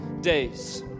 days